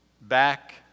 back